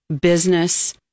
business